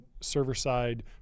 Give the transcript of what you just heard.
server-side